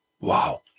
Wow